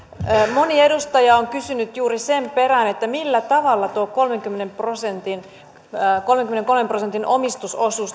moni edustaja on kysynyt juuri sen perään millä tavalla tuo kolmenkymmenenkolmen prosentin kolmenkymmenenkolmen prosentin omistusosuus